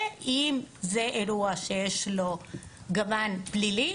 ואם זה אירוע שיש לו גוון פלילי,